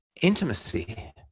intimacy